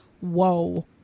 whoa